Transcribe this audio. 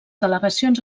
delegacions